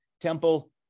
Temple